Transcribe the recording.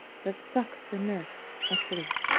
that sucks the nurse asleep?